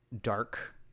dark